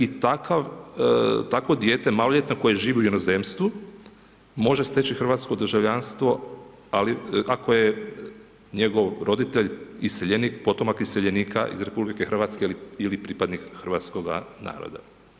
I takvo dijete maloljetno koje živi u inozemstvu, može steći hrvatsko državljanstvo, ako je njegov roditelj iseljenik, potomak iseljenika iz RH ili pripadnik hrvatskoga naroda.